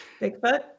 Bigfoot